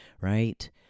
right